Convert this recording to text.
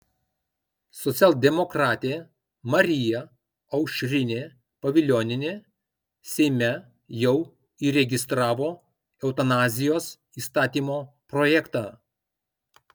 socialdemokratė marija aušrinė pavilionienė seime jau įregistravo eutanazijos įstatymo projektą